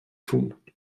tun